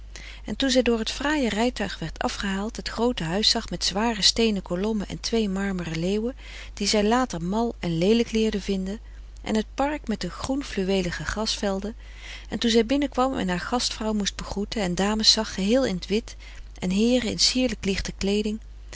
en toen zij door t fraaie rijtuig werd afgehaald het groote huis zag met zware steenen kolommen en twee marmeren leeuwen die zij later mal en leelijk leerde vinden en het park met de groen fluweelige grasvelden en toen zij binnenkwam en haar gastvrouw moest begroeten en dames zag geheel in t wit en heeren in sierlijke lichte kleeding